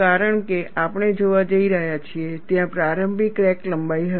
કારણ કે આપણે જોવા જઈ રહ્યા છીએ ત્યાં પ્રારંભિક ક્રેક લંબાઈ હશે